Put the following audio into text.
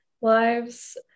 lives